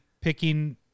picking